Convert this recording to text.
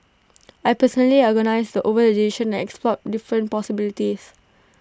I personally agonised over the decision and explored different possibilities